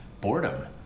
boredom